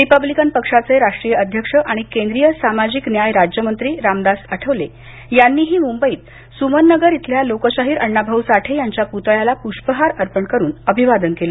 Republican पक्षाचे राष्ट्रीय अध्यक्ष आणि केंद्रीय सामाजिक न्याय राज्यमंत्री रामदास आठवले यांनीही मुंबईत सुमन नगर इथल्या लोकशाहीर अण्णा भाऊ साठे यांच्या पुतळ्याला पुष्पहार अर्पण करून अभिवादन केल